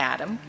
Adam 。